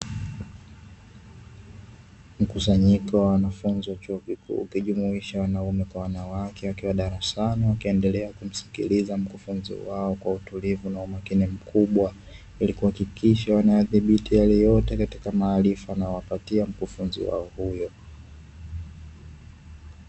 Mkusanyiko wa wanafunzi wa chuo kikuu, ukijumuisha wanaume kwa wanawake wakiwa darasani, wakiendelea kumsikiliza mkufunzi wao kwa utulivu na umakini mkubwa, ili kuhakikisha wanayadhibiti yale yote katika maarifa anayowapatia mkufunzi wao huyo.